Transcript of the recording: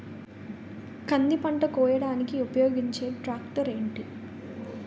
కంది పంట కోయడానికి ఉపయోగించే ట్రాక్టర్ ఏంటి?